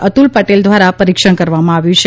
અતુલ પટેલ દ્વારા પરિક્ષણ કરવામાં આવ્યું છે